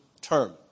term